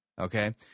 okay